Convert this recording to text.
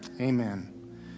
amen